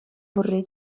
пурри